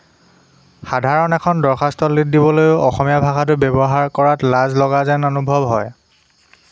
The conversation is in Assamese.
সাধাৰণ এখন দৰ্খাস্ত দিবলৈও অসমীয়া ভাষাটো ব্যৱহাৰ কৰাত লাজ লগা যেন অনুভৱ হয়